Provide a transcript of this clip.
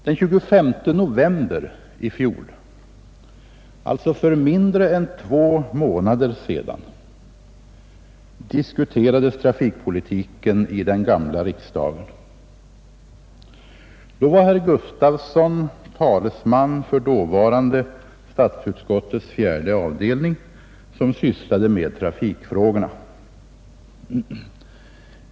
Den 25 november i fjol, alltså för mindre än två månader sedan, diskuterades trafikpolitiken i den gamla riksdagen. Vid det tillfället var herr Gustafson talesman för dåvarande statsutskottets fjärde avdelning som sysslade med trafikfrågorna.